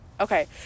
Okay